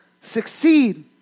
succeed